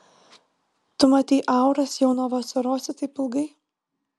tu matei auras jau nuo vasarosi taip ilgai